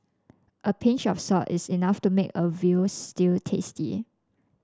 a pinch of salt is enough to make a veal stew tasty